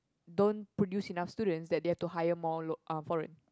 don't produce enough students that they have to hire more lo~ uh foreign